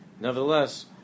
Nevertheless